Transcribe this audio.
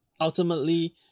ultimately